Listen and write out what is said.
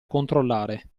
controllare